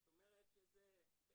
זאת אומרת שבעצם